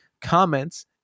comments